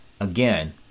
Again